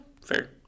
fair